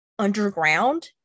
underground